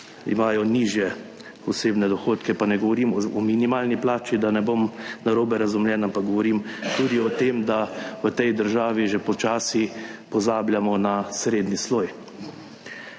imajo nižje osebne dohodke, pa ne govorim o minimalni plači, da ne bom narobe razumljen, ampak govorim tudi o tem, da v tej državi že počasi pozabljamo na srednji sloj.